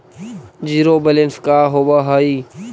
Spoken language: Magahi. जिरो बैलेंस का होव हइ?